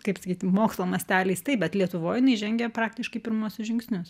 kaip sakyti mokslo masteliais taip bet lietuvoj jinai žengia praktiškai pirmuosius žingsnius